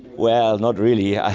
well, not really. yeah